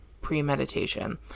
premeditation